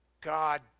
God